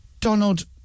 Donald